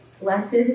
Blessed